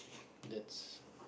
that's